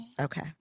Okay